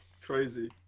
crazy